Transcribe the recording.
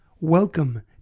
Welcome